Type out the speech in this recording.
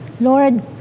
Lord